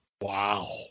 Wow